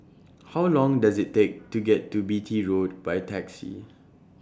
How Long Does IT Take to get to Beatty Road By Taxi